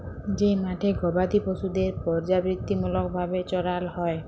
যে মাঠে গবাদি পশুদের পর্যাবৃত্তিমূলক ভাবে চরাল হ্যয়